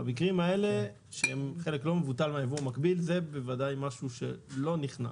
במקרים האלה שהם חלק לא מבוטל מהיבוא המקביל זה בודאי משהו שלא נכנס